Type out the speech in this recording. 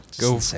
Go